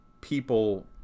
people